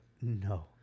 no